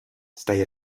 stai